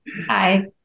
Hi